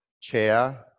Chair